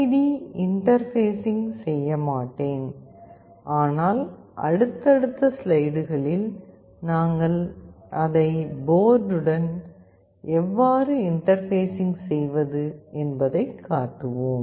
D interfacing செய்ய மாட்டேன் ஆனால் அடுத்தடுத்த ஸ்லைடுகளில் நாங்கள் அதை போர்டுடன் எவ்வாறு இன்டர்பேஸிங் செய்வது என்பதைக் காட்டுவோம்